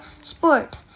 sport